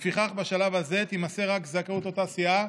ולפיכך בשלב הזה תימסר רק זכאות אותה סיעה